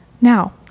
now